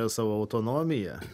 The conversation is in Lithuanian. savo autonomiją